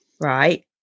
Right